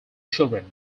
children